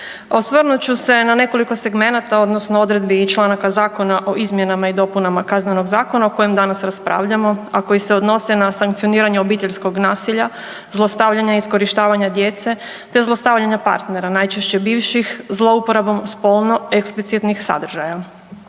Osvrnut ću se na nekoliko segmenata odnosno odredbi i članaka zakona o izmjenama i dopunama KZ-a o kojem danas raspravljamo, a koji se odnose na sankcioniranje obiteljskog nasilja, zlostavljanja i iskorištavanja djece te zlostavljanje partnera najčešće bivših zlouporabom spolno eksplicitnih sadržaja.